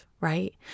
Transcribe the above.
right